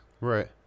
Right